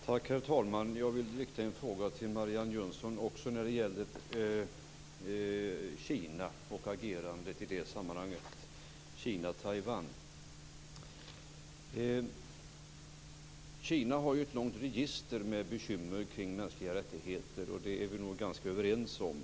Herr talman! Jag vill rikta en fråga till Marianne Jönsson som också gäller Kina och agerandet i sammanhanget Kina-Taiwan. Kina har ju ett långt register med bekymmer kring mänskliga rättigheter - det är vi nog ganska överens om.